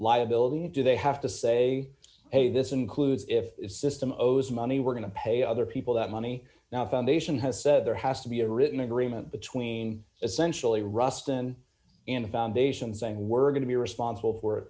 liability do they have to say hey this includes if system of those money we're going to pay other people that money now foundation has said there has to be a written agreement between essentially ruston in foundations saying we're going to be responsible for